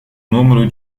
número